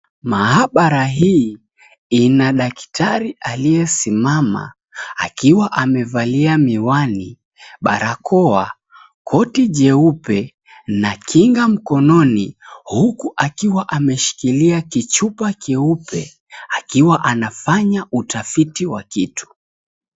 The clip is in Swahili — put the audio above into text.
Maab𝑎ra hii ina daktari aliyesimama. Akiwaaamevalia miwani barakoa, koti jeupe na kinga mkononi, huku akiwa ameshikilia kichupa k𝑦eupe akiwa anafanya utafiti wa kitu.